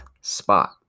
spot